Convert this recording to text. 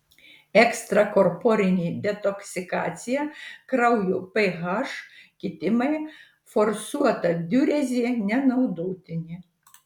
ekstrakorporinė detoksikacija kraujo ph kitimai forsuota diurezė nenaudotini